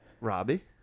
Robbie